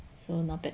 so not bad